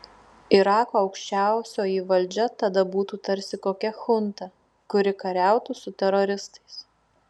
irako aukščiausioji valdžia tada būtų tarsi kokia chunta kuri kariautų su teroristais